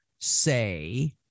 say